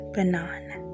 Banana